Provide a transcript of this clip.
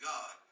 God